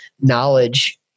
knowledge